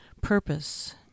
purpose